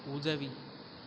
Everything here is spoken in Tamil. உதவி